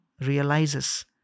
realizes